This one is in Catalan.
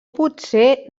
potser